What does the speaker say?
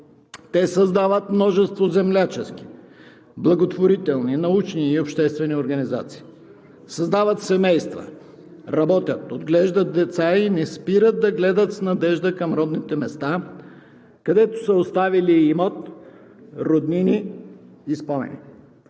Те създават множество землячески, благотворителни, научни и обществени организации. Създават семейства, работят, отглеждат деца и не спират да гледат с надежда към родните места, където са оставили имот, роднини и спомени.